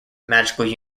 magical